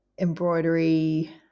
embroidery